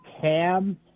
Cam